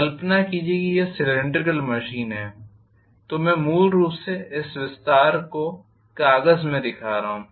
कल्पना कीजिए कि यह सीलिन्ड्रीकल मशीन है तो मैं मूल रूप से इस विस्तार को कागज में दिखा रहा हूं